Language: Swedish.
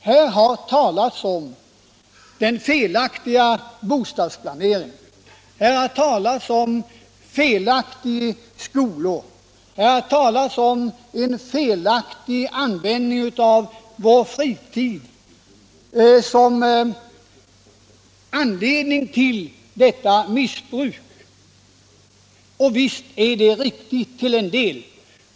Här har talats om den felaktiga bostadsplaneringen, här har talats om felaktiga skolor, här har talats om en felaktig användning av fritiden som anledning till detta missbruk. Och visst är det riktigt till en del.